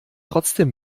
trotzdem